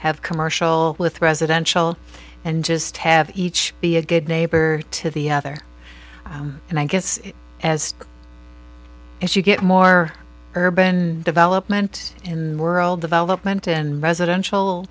have commercial with residential and just have each be a good neighbor to the other and i guess as as you get more urban development and moral development and residential